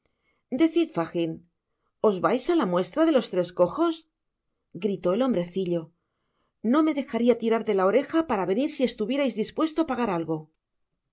decid fagin os vais á la muestra de los tres cojos gritó el hombrecillo no me dejaria tirar de la oreja para venir si estuvierais dispuesto á pagar algo